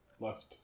Left